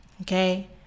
Okay